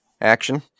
action